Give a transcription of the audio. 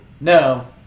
No